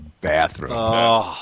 bathroom